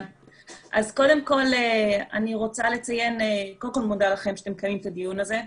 אז קודם אני מודה לכם שאתם מקיימים את הדיון הזה,